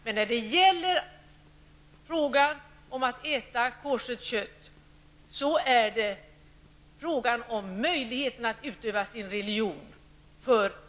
Men frågan om att äta kött som är koscher avser muslimers och judars möjlighet att utöva sin religion.